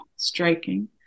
striking